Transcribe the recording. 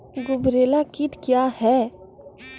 गुबरैला कीट क्या हैं?